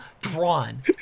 drawn